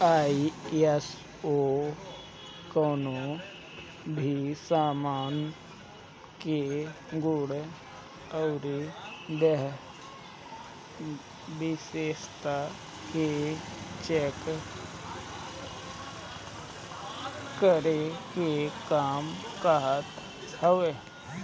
ISO कवनो भी सामान के गुण अउरी विशेषता के चेक करे के काम करत हवे